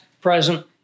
present